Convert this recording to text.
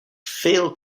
failed